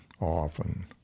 often